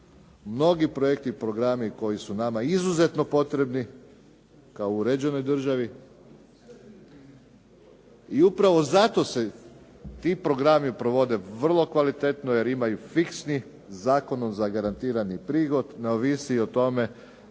mnogi projekti i programi koji su nama izuzetno potrebni kao uređenoj državi. I upravo zato se ti programi provode vrlo kvalitetno jer imaju fiksni zakonom zagarantirani prihod, ne ovisi o tome